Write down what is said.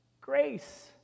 Grace